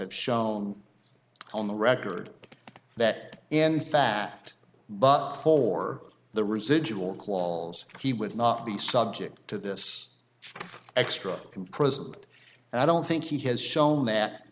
have shown on the record that in fact but for the residual clause he would not be subject to this extra comprised and i don't think he has shown that